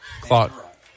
Clock